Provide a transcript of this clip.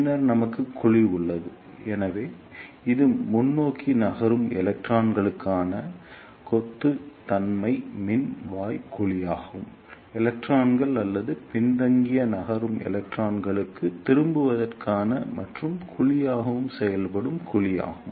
பின்னர் நமக்கு குழி உள்ளது எனவே இது முன்னோக்கி நகரும் எலக்ட்ரான்களுக்கான கொத்துத் தன்மை மின் வாய் குழியாகவும் எலக்ட்ரான்கள் அல்லது பின்தங்கிய நகரும் எலக்ட்ரான்களுக்கு திரும்புவதற்கான பற்றும் குழியாகவும் செயல்படும் குழி ஆகும்